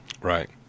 Right